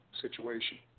situation